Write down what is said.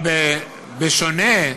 אבל בשונה,